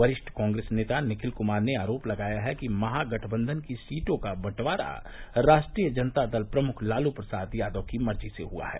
वरिष्ठ कांग्रेस नेता निखिल कुमार ने आरोप लगाया है कि महागठबंधन की सीटों का बंटवारा राष्ट्रीय जनता दल प्रमुख लालू प्रसाद यादव की मर्जी से हुआ है